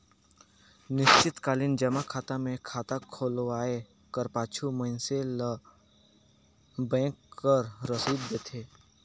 निस्चित कालीन जमा खाता मे खाता खोलवाए कर पाछू मइनसे ल बेंक हर रसीद देथे